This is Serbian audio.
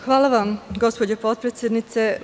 Hvala vam, gospođo potpredsednice.